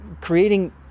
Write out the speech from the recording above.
creating